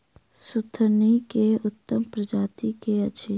सुथनी केँ उत्तम प्रजाति केँ अछि?